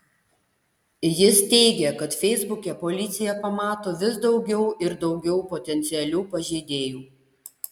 jis teigia kad feisbuke policija pamato vis daugiau ir daugiau potencialių pažeidėjų